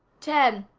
ten,